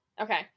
Okay